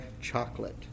Chocolate